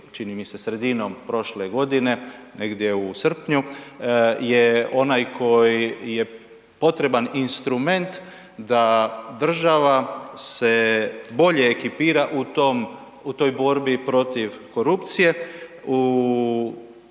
čini mi se sredinom prošle godine, negdje u srpnju je onaj koji je potreban instrument da država se bolje ekipira u toj borbi protiv, u većem